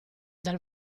dal